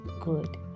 good